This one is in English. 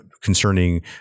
concerning